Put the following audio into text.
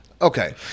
Okay